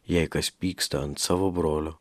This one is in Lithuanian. jei kas pyksta ant savo brolio